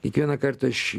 kiekvieną kartą aš